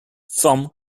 from